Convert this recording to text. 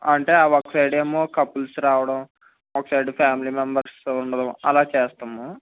అంటే అవి ఒక సైడ్ ఏమో కపుల్స్ రావటం ఒక సైడ్ ఫ్యామిలీ మెంబెర్స్ ఉండటం అలా చేస్తాము